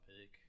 pick